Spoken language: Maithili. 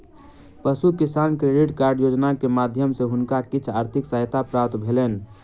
पशु किसान क्रेडिट कार्ड योजना के माध्यम सॅ हुनका किछ आर्थिक सहायता प्राप्त भेलैन